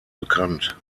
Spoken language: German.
bekannt